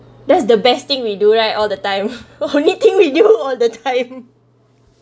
that's the best thing we do right all the time only thing we do all the time